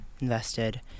invested